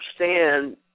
understand